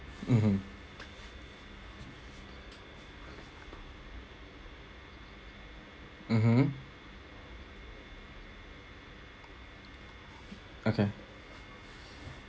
mmhmm mmhmm okay